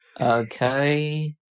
Okay